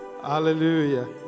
Hallelujah